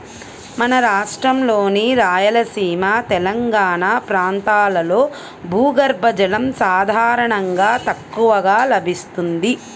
మన రాష్ట్రంలోని రాయలసీమ, తెలంగాణా ప్రాంతాల్లో భూగర్భ జలం సాధారణంగా తక్కువగా లభిస్తుంది